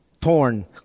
torn